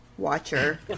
watcher